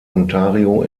ontario